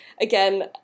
again